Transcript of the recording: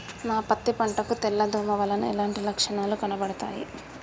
నా పత్తి పంట కు తెల్ల దోమ వలన ఎలాంటి లక్షణాలు కనబడుతాయి?